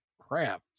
crap